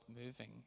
moving